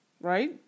right